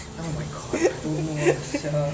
oh my god I don't know ah sia